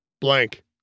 Blank